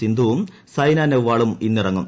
സിന്ധുവും സൈന നെഹ്വാളും ഇന്നിറങ്ങും